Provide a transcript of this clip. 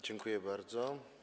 Dziękuję bardzo.